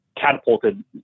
catapulted